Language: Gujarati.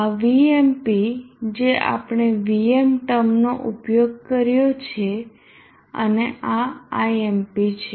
આ Vmp જે આપણે Vm ટર્મનો ઉપયોગ કર્યો છે અને આ Imp છે